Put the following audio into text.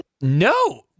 no